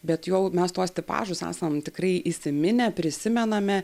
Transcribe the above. bet jau mes tuos tipažus esam tikrai įsiminę prisimename